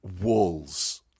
walls